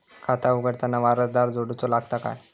खाता उघडताना वारसदार जोडूचो लागता काय?